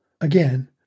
Again